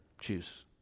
Choose